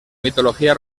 mitología